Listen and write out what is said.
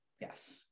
yes